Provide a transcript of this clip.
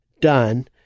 done